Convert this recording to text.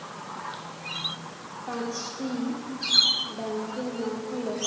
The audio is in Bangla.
পাঁচটি ব্যাংকের নাম হলো